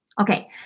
Okay